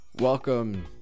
Welcome